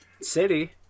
city